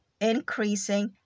increasing